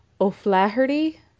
O'Flaherty